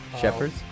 Shepherds